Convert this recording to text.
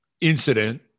incident